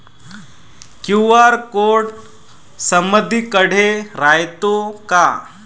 QR code समदीकडे रायतो का?